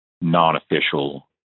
non-official